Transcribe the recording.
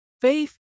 faith